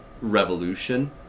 revolution